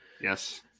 Yes